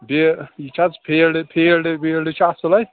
بیٚیہِ یہِ چھِ حظ فیٖلڈٕ فیٖلڈٕ ویٖلڈٕ چھا اَصٕل اَتہِ